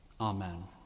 Amen